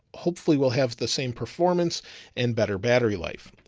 hopefully we'll have the same performance and better battery life.